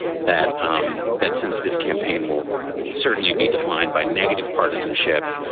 that um that since this campaign will will certainly be defined by negative partisanship,